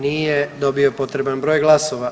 Nije dobio potreban broj glasova.